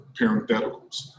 parentheticals